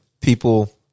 people